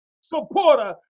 supporter